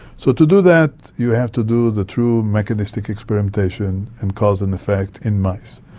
so to do that you have to do the true mechanistic experimentation and cause and effect in mice,